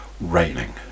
raining